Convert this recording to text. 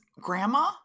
grandma